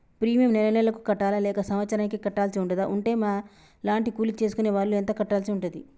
Premium నెల నెలకు కట్టాలా లేక సంవత్సరానికి కట్టాల్సి ఉంటదా? ఉంటే మా లాంటి కూలి చేసుకునే వాళ్లు ఎంత కట్టాల్సి ఉంటది?